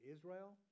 Israel